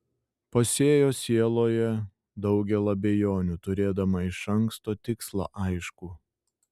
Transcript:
pasėjo sieloje daugel abejonių turėdama iš anksto tikslą aiškų